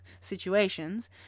situations